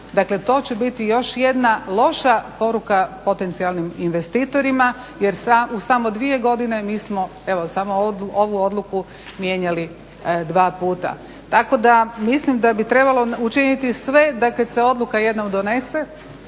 Dakle, to će biti još jedna loša poruka potencijalnim investitorima jer u samo dvije godine mi smo, evo samo ovu odluku mijenjali dva puta, tako da mislim da bi trebalo učiniti sve da kad se odluka jednom donese,